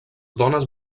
dones